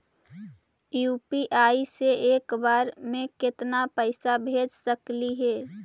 UPI से एक बार मे केतना पैसा भेज सकली हे?